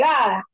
God